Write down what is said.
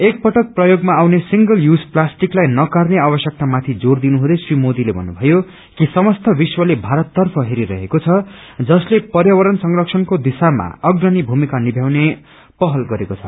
एक पटक प्रयोगमा आउने सिंगल यूज प्लास्टिकलाई नकार्ने आवश्यकतामथि जोर दिनुहुँदै श्री मोदीले भन्नुभयो कि समस्त विश्वले भारततर्फ हेरिरहेको छ जसले पर्यावरण संरक्षणको दिशामा अग्रणी भूमिका निभ्याउने पहल गरेको छ